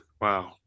Wow